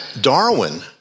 Darwin